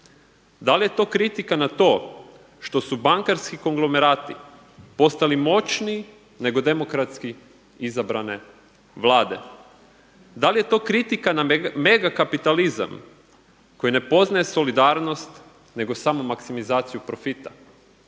Da li je to kritika na to što su bankarski konglomerati postali moćniji nego demokratski izabrane vlade? Da li je to kritika na megakapitalizam koji ne poznaje solidarnost nego samo maksimizaciju profita?